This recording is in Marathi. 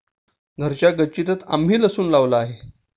घराच्या गच्चीतंच आम्ही लसूण लावला आहे